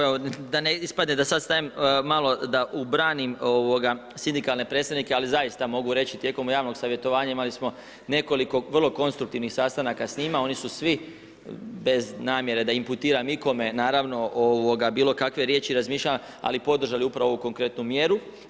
Evo da ne ispadne da sada stajem, malo da ubranim sindikalne predstavnike, ali zaista mogu reći tijekom javnog savjetovanja imali smo nekoliko vrlo konstruktivnih sastanaka sa njima, oni su svi bez namjere da inputiram ikome, naravno bilo kave riječi i razmišljanja ali podržali upravo ovu konkretnu mjeru.